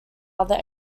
other